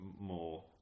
more